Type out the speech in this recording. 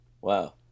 wow